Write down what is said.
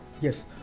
Yes